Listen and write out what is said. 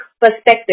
perspective